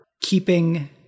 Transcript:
keeping